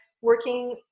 working